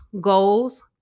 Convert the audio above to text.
Goals